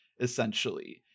essentially